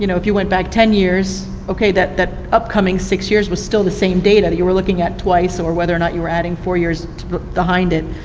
you know if you went back ten years, that that upcoming six years was still the same data you were looking at twice, or whether or not you were adding four years behind it.